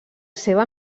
seva